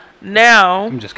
now